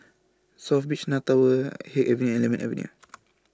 South Beach North Tower Haig Avenue and Lemon Avenue